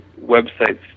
websites